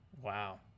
Wow